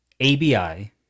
ABI